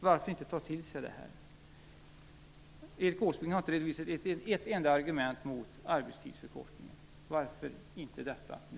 Varför inte ta till sig det här? Erik Åsbrink har inte redovisat ett enda argument emot arbetstidsförkortning. Varför inte pröva detta nu?